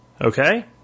okay